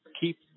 keep